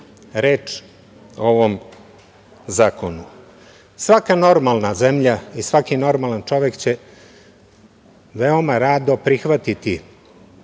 reč o ovom zakonu. Svaka normalna zemlja i svaki normalan čovek će veoma rado prihvatiti